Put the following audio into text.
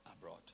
abroad